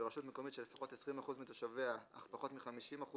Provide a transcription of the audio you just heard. ברשות מקומית שלפחות 20% מתושביה אך פחות מ-50%